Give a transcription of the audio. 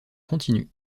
continu